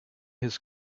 his